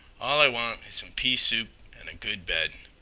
all i want is some pea soup an' a good bed.